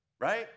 Right